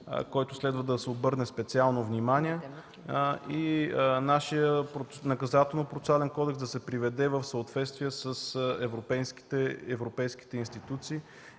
който следва да се обърне специално внимание и нашият Наказателно-процесуален кодекс да се приведе в съответствие с европейските институции